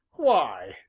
why,